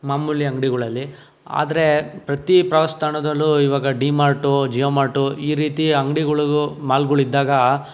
ಮಾಮೂಲಿ ಅಂಗಡಿಗಳಲ್ಲಿ ಆದರೆ ಪ್ರತಿ ಪ್ರವಾಸ ತಾಣದಲ್ಲೂ ಇವಾಗ ಡಿ ಮಾರ್ಟು ಜಿಒ ಮಾರ್ಟು ಈ ರೀತಿ ಅಂಗಡಿಗಳು ಮಾಲ್ಗಳು ಇದ್ದಾಗ